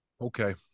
Okay